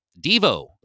Devo